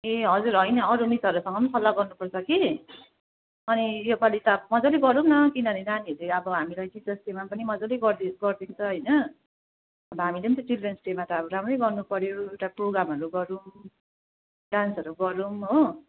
ए हजुर होइन अरू मिसहरूसँग पनि सल्लाह गर्नुपर्छ कि अनि योपालि त अब मजाले गरौँ न किनभने नानीहरूले अब हामीलाई टिचर्स डेमा पनि मजाले गरिदिन्छ होइन हामीले पनि त चिल्ड्रेन्स डेमा राम्रै गर्नु पऱ्यो प्रोग्नामहरू गरौँ डान्सहरू गरौँ हो